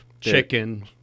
Chicken